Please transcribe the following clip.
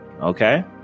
Okay